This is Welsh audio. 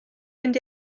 mynd